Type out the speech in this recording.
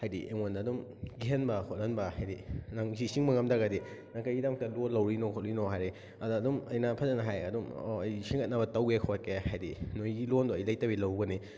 ꯍꯥꯏꯗꯤ ꯑꯩꯉꯣꯟꯗ ꯑꯗꯨꯝ ꯀꯤꯍꯟꯕ ꯈꯣꯠꯍꯟꯕ ꯍꯥꯏꯗꯤ ꯅꯪ ꯁꯤ ꯁꯤꯡꯕ ꯉꯝꯗ꯭ꯔꯒꯗꯤ ꯅꯪ ꯀꯩꯒꯤꯗꯃꯛꯇ ꯂꯣꯟ ꯂꯧꯔꯨꯏꯅꯣ ꯈꯣꯠꯂꯨꯏꯅꯣ ꯍꯥꯏꯔꯀꯏ ꯑꯗ ꯑꯗꯨꯝ ꯑꯩꯅ ꯐꯖꯅ ꯍꯥꯏ ꯑꯗꯨꯝ ꯑꯣ ꯁꯤꯡꯒꯠꯅꯕ ꯇꯧꯒꯦ ꯈꯣꯏꯀꯦ ꯍꯥꯏꯗꯤ ꯅꯣꯏꯒꯤ ꯂꯣꯟꯗꯣ ꯑꯩ ꯂꯩꯇꯕꯒꯤ ꯂꯧꯔꯨꯕꯅꯤ